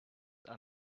are